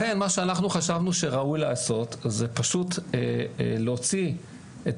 לכן מה שאנחנו חשבנו שראוי לעשות זה פשוט להוציא את